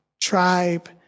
tribe